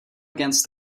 against